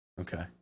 Okay